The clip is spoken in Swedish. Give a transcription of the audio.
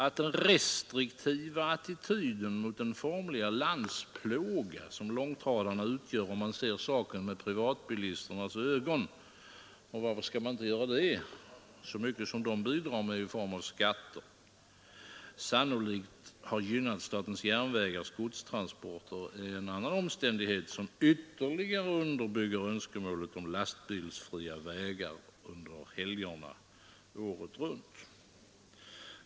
Att den restriktiva attityden mot den formliga landsplåga som långtradarna utgör, om man ser saken med privatbilistens ögon — och varför skall man inte göra det, så mycket som privatbilismen bidrar med i form av skatter — sannolikt gynnar statens järnvägars godstransporter är en omständighet som ytterligare underbygger önskemålet om lastbilsfria vägar under helgerna året runt.